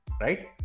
right